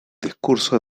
discurso